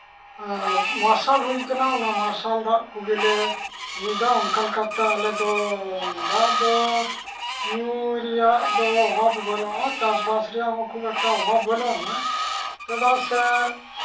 ᱢᱟᱨᱥᱟᱞ ᱦᱩᱭ ᱠᱟᱱᱟ ᱚᱱᱟ ᱢᱟᱨᱥᱟᱞ ᱫᱟᱜ ᱠᱚᱜᱮᱞᱮ ᱢᱤᱫ ᱫᱷᱟᱣ ᱚᱱᱠᱟ ᱞᱮᱠᱟᱛᱮ ᱟᱞᱮ ᱫᱚ ᱟᱞᱮ ᱫᱚ ᱫᱟᱜ ᱫᱚ ᱧᱩᱭ ᱨᱮᱭᱟᱜ ᱫᱚ ᱚᱵᱷᱟᱵᱽ ᱵᱟᱹᱱᱩᱜᱼᱟ ᱪᱟᱥᱼᱵᱟᱥ ᱨᱮᱭᱟᱜ ᱦᱚᱸ ᱠᱷᱩᱵᱽ ᱮᱠᱴᱟ ᱚᱵᱷᱟᱵᱽ ᱫᱚ ᱵᱟᱹᱱᱩᱜᱼᱟ ᱪᱮᱫᱟᱜ ᱥᱮ